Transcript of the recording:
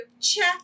Check